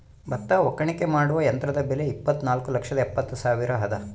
ಭತ್ತ ಒಕ್ಕಣೆ ಮಾಡುವ ಯಂತ್ರದ ಬೆಲೆ ಇಪ್ಪತ್ತುನಾಲ್ಕು ಲಕ್ಷದ ಎಪ್ಪತ್ತು ಸಾವಿರ ರೂಪಾಯಿ ಅದ